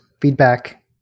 Feedback